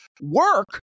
work